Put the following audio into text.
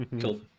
Cool